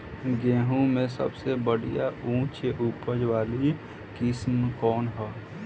गेहूं में सबसे बढ़िया उच्च उपज वाली किस्म कौन ह?